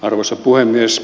arvoisa puhemies